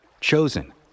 chosen